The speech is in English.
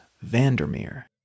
Vandermeer